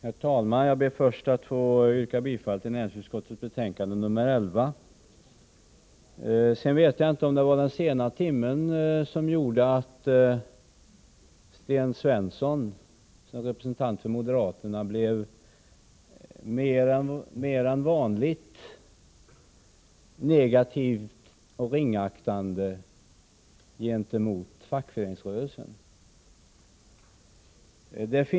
Herr talman! Jag ber först att få yrka bifall till näringsutskottets hemställan. Jag vet inte om det var den sena timmen som gjorde att Sten Svensson, som representant för moderaterna, var mer än vanligt negativ och ringaktande gentemot fackföreningsrörelsen.